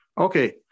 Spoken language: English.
Okay